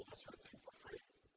sort of thing for free.